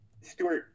Stewart